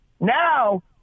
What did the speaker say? Now